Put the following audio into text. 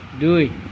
দুই